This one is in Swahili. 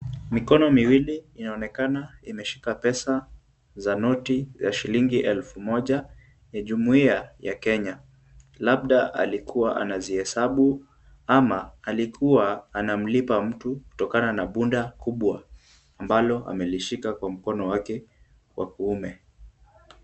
Mikono miwili inaonekana imeshika pesa za noti ya shilingi elfu moja ni jumuia ya Kenya. Labda alikuwa anazihesabu ama alikuwa anamlipa mtu, kutokana na bunda kubwa ambalo amelishika kwa mkono wake wa kiume.